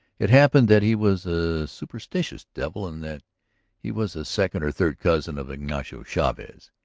it happened that he was a superstitious devil and that he was a second or third cousin of ignacio chavez.